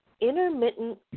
intermittent